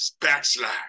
Backslide